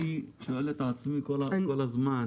אני שואל את עצמי כל הזמן